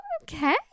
Okay